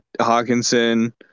Hawkinson